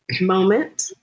moment